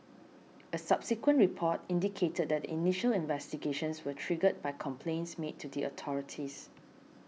a subsequent report indicated that initial investigations were triggered by complaints made to the authorities